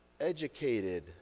educated